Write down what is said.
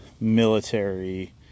military